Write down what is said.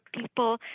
people